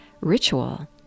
ritual